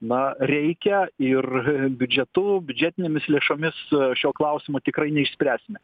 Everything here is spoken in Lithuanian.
na reikia ir biudžetu biudžetinėmis lėšomis šio klausimo tikrai neišspręsime